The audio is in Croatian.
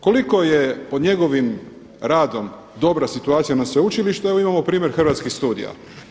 Koliko je po njegovim radom dobra situacija na sveučilištu, evo imamo primjer Hrvatskih studija.